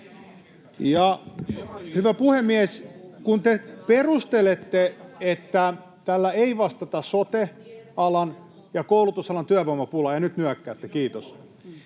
Hyvä puhemies! Kun te perustelette, että tällä ei vastata sote-alan ja koulutusalan työvoimapulaan — ja nyt nyökkäätte, kiitos